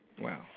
Wow